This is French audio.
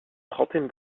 trentaine